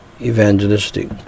evangelistic